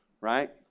Right